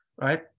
right